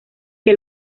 que